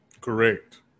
Correct